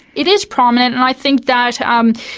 it is prominent, and i think that, um